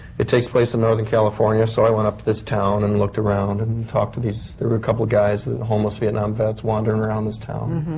it takes place in northern california. so i went up to this town and looked around and and talked to these. there were a couple of guys. homeless vietnam vets wandering around this town.